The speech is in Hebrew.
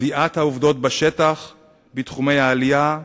קביעת העובדות בשטח בתחומי העלייה,